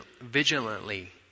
vigilantly